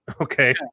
Okay